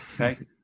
Okay